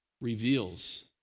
reveals